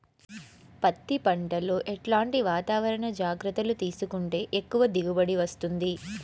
పత్తి పంట లో ఎట్లాంటి వాతావరణ జాగ్రత్తలు తీసుకుంటే ఎక్కువగా దిగుబడి వస్తుంది?